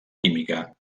química